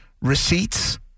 receipts